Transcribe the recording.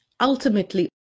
Ultimately